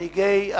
(תיקון, סמכות בית-משפט לענייני משפחה),